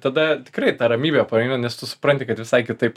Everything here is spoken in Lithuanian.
tada tikrai ta ramybė paeina nes tu supranti kad visai kitaip